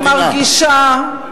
אני מרגישה,